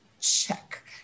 Check